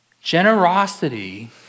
Generosity